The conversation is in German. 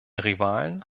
rivalen